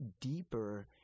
deeper